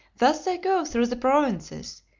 thus they go through the provinces,